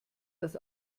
das